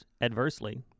adversely